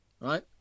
right